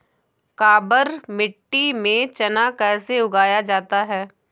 काबर मिट्टी में चना कैसे उगाया जाता है?